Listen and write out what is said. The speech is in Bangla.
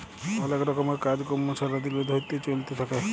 অলেক রকমের কাজ কম্ম ছারা দিল ধ্যইরে চইলতে থ্যাকে